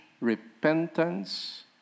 repentance